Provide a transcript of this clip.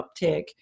uptick